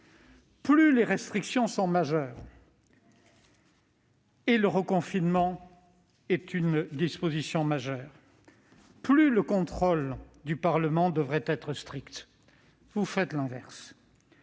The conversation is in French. Plus les restrictions sont majeures- le reconfinement est une restriction majeure -, plus le contrôle du Parlement devrait être strict. Vous faites l'inverse.